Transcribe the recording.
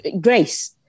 Grace